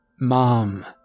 Mom